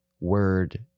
word